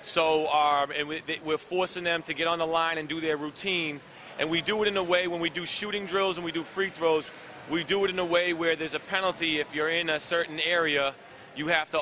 so far and we're forcing them to get on the line and do their routine and we do it in a way when we do shooting drills and we do free throws we do it in a way where there's a penalty if you're in a certain area you have to